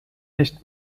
nicht